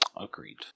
Agreed